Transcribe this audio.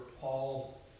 Paul